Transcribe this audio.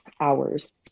hours